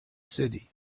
city